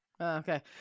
Okay